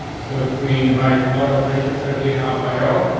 so if we write auto prefix or get home, i o.